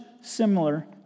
similar